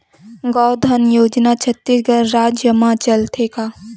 गौधन योजना छत्तीसगढ़ राज्य मा चलथे का?